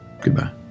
Goodbye